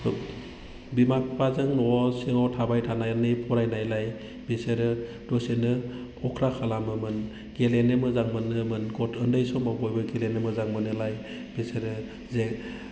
बिमा बिफाजों न' सिङाव थाबाय थानानै फरायनायलाय बिसोरो दसेनो अख्रा खालामोमोन गेलेनो मोजां मोनोमोन गथ'नि समाव बयबो गेलेनो मोजां मोनोलाय बिसोरो जे